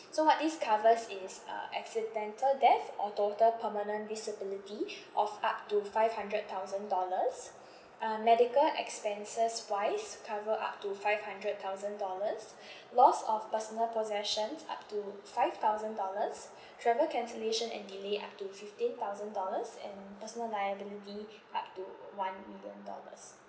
so what this covers is uh accidental death or total permanent disability of up to five hundred thousand dollars uh medical expenses wise cover up to five hundred thousand dollars loss of personal possessions up to five thousand dollars travel cancellation and delay up to fifteen thousand dollars and personal liability up to uh one million dollars